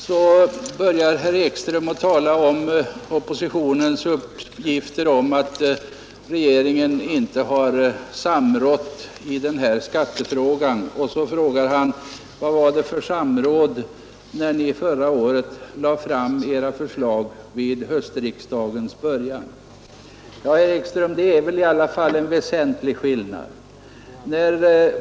Sedan berörde herr Ekström vad oppositionen sagt om att regeringen inte har samrått i skattefrågan, och så frågade han: Vad var det för samråd när ni förra året lade fram era förslag vid höstriksdagens början? Men, herr Ekström, det är väl i alla fall en väsentlig skillnad.